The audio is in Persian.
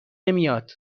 نمیاد